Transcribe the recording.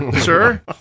sir